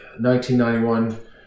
1991